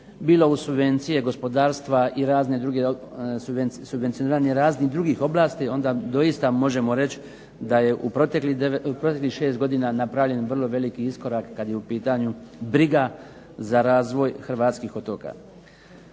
druge, subvencioniranje raznih drugih oblasti onda doista možemo reći da je u proteklih 6 godina napravljen vrlo veliki iskorak kad je u pitanju briga za razvoj hrvatskih otoka.